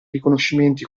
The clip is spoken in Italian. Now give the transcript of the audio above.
riconoscimenti